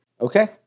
Okay